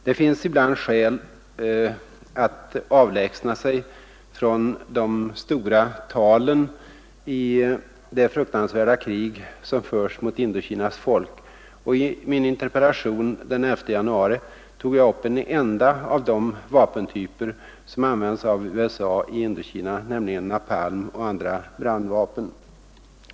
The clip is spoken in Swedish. Det finns ibland skäl att avlägsna sig från de stora talen i det fruktansvärda krig som förs mot Indokinas folk, och i min interpellation den 11 januari tog jag upp en enda av de vapentyper som används av USA i Indokina, nämligen napalm och andra brandvapen.